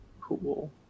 Cool